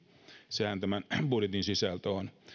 sehän tämän budjetin sisältö on